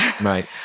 Right